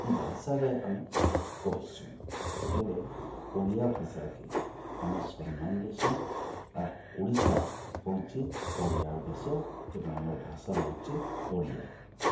ଇ ଭାଷାରେ ଆମେ କହିସୁଁ ହେଲେ ଓଡ଼ିଆ ଭାଷାକେ ଆମେ ସମ୍ମାନ୍ ଦେସୁଁ ଆର୍ ଓଡ଼ିଶା ହଉଛେ ଓଡ଼ିଆର୍ ଦେଶ ତେଣୁ ଆମର୍ ଭାଷା ହେଉଛେ ଓଡ଼ିଆ